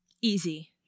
easy